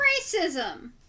Racism